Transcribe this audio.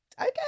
okay